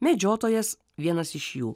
medžiotojas vienas iš jų